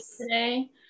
today